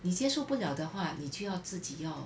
你接受不了的话你就要自己要